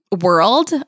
world